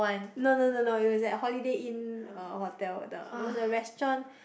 no no no no it was at Holiday Inn uh Hotel the was a restaurant